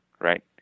right